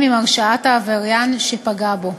הסתיים עם הרשעת העבריין שפגע בו.